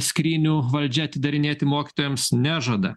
skrynių valdžia atidarinėti mokytojams nežada